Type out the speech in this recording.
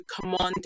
commanding